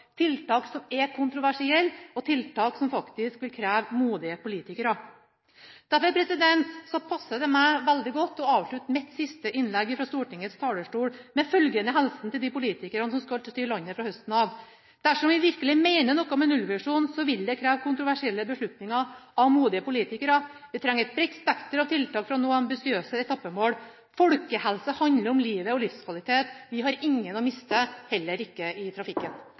tiltak som er kontroversielle, tiltak som faktisk vil kreve modige politikere. Derfor passer det godt for meg å avslutte mitt siste innlegg fra Stortingets talerstol med følgende hilsen til de politikerne som skal styre landet fra høsten av: Dersom vi virkelig mener noe med en nullvisjon, vil det kreve kontroversielle beslutninger av modige politikere. Vi trenger et bredt spekter av tiltak for å nå ambisiøse etappemål. Folkehelse handler om livet og livskvalitet. Vi har ingen å miste, heller ikke i trafikken.